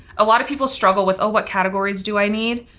a lot of people struggle with, oh, what categories do i need?